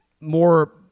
more